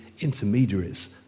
intermediaries